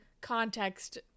context